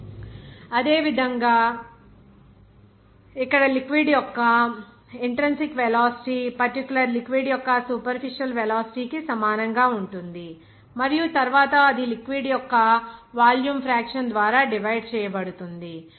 G u sp G అదే విధంగా ఇక్కడ లిక్విడ్ యొక్క ఇంట్రిన్సిక్ వెలాసిటీ పర్టిక్యులర్ లిక్విడ్ యొక్క సూపర్ఫిషల్ వెలాసిటీ కి సమానంగా ఉంటుంది మరియు తరువాత అది లిక్విడ్ యొక్క వాల్యూమ్ ఫ్రాక్షన్ ద్వారా డివైడ్ చేయబడుతుంది